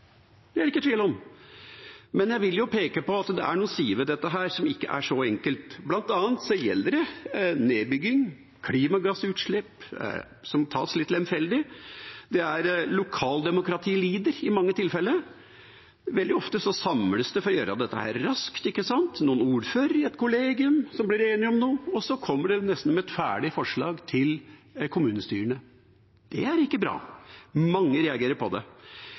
det er det ikke tvil om. Men jeg vil peke på at det er noen sider ved dette som ikke er så enkelt, bl.a. gjelder det nedbygging og klimagassutslipp som tas litt lemfeldig. Lokaldemokratiet lider i mange tilfeller. Veldig ofte samles det, for å gjøre dette raskt, noen ordførere i et kollegium, som blir enige om noe, og så kommer det nesten som et ferdig forslag til kommunestyrene. Det er ikke bra, mange reagerer på det.